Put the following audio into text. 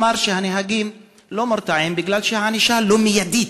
הוא אמר שהנהגים לא מורתעים בגלל שהענישה לא מיידית.